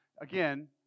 again